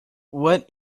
what